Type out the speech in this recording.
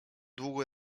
długo